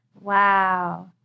Wow